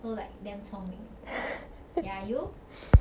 so like damn 聪明 ya you